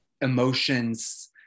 emotions